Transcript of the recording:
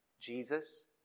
Jesus